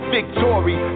Victory